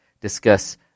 discuss